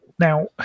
Now